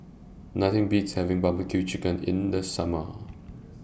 Nothing Beats having Barbecue Chicken in The Summer